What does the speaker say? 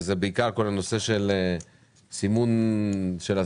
וזה בעיקר כל הנושא של סימון אזהרות